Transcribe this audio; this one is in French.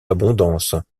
abondance